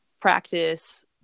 practice